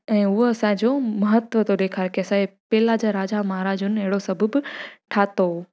ऐं उहो असांजो महत्व थो ॾेखारे की असांजे पहिरां जे राजा महाराजनि अहिड़ो सभ बि ठाहियो हुओ